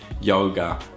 yoga